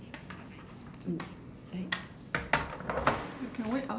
mm bye